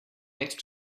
next